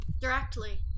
Directly